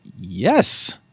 Yes